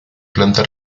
planta